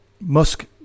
Musk